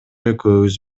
экөөбүз